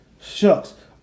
shucks